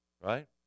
right